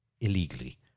illegally